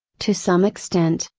to some extent,